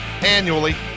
annually